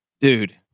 Dude